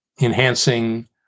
enhancing